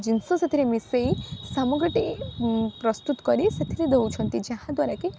ଜିନିଷ ସେଥିରେ ମିଶେଇ ସାମଗ୍ରୀଟି ପ୍ରସ୍ତୁତ କରି ସେଥିରେ ଦେଉଛନ୍ତି ଯାହାଦ୍ୱାରାକି